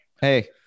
hey